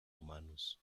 humanos